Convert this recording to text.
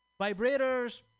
vibrators